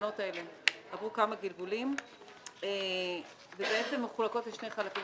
התקנות האלה עברו כמה גלגולים והן בעצם מחולקות לשני חלקים.